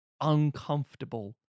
uncomfortable